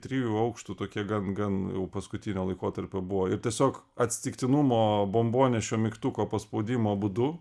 trijų aukštų tokie gan gan paskutinio laikotarpio buvo ir tiesiog atsitiktinumo bombonešio mygtuko paspaudimo būdu